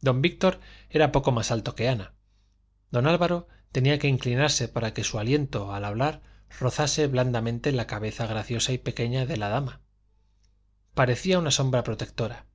don víctor era poco más alto que ana don álvaro tenía que inclinarse para que su aliento al hablar rozase blandamente la cabeza graciosa y pequeña de la dama parecía una sombra protectora